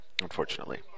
unfortunately